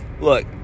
look